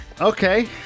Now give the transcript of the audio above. Okay